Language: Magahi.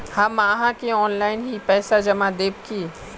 हम आहाँ के ऑनलाइन ही पैसा जमा देब की?